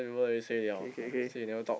K K K